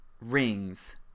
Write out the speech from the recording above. rings